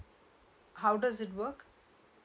how does it work